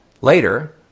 Later